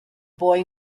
boy